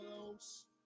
close